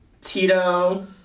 Tito